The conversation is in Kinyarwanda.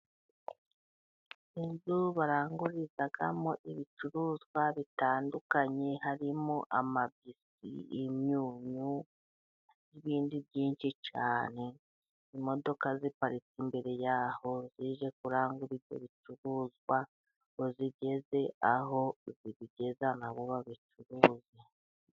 Inzu barangurizamo ibicuruzwa bitandukanye harimo, amabiswi, imyunyu n'ibindi byinshi cyane. Imodoka ziparitse imbere yaho zije kurangura ibyo bicuruzwa ngo zigeze aho zibigeza nabo babicuruze.